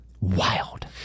Wild